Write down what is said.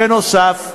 בנוסף,